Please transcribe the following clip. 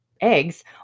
eggs